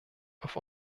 auf